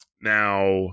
Now